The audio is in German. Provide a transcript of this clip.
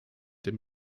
dem